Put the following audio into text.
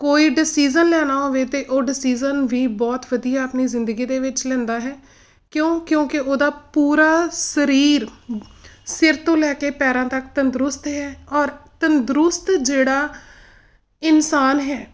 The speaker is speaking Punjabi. ਕੋਈ ਡਿਸੀਜ਼ਨ ਲੈਣਾ ਹੋਵੇ ਤਾਂ ਉਹ ਡਿਸੀਜ਼ਨ ਵੀ ਬਹੁਤ ਵਧੀਆ ਆਪਣੀ ਜ਼ਿੰਦਗੀ ਦੇ ਵਿੱਚ ਲੈਂਦਾ ਹੈ ਕਿਉਂ ਕਿਉਂਕਿ ਉਹਦਾ ਪੂਰਾ ਸਰੀਰ ਸਿਰ ਤੋਂ ਲੈ ਕੇ ਪੈਰਾਂ ਤੱਕ ਤੰਦਰੁਸਤ ਹੈ ਔਰ ਤੰਦਰੁਸਤ ਜਿਹੜਾ ਇਨਸਾਨ ਹੈ